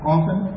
Often